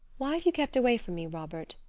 why have you kept away from me, robert?